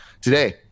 Today